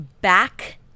back